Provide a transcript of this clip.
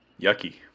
Yucky